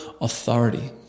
authority